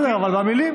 אתם מגינים.